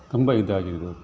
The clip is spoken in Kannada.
ತುಂಬ ಇದಾಗಿದಿದು